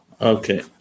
Okay